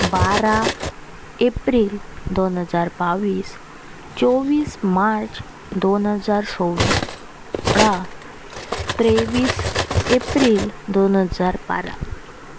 बारा एप्रील दोन हजार बावीस चोवीस मार्च दोन हजार सोळा तेवीस एप्रील दोन हजार बारा